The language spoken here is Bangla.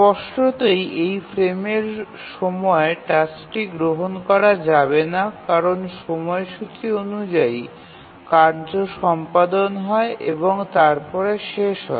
স্পষ্টতই এই ফ্রেমের সময় টাস্কটি গ্রহণ করা যাবে না কারণ সময়সূচী অনুযায়ী কার্য সম্পাদন হয় এবং তারপরে শেষ হয়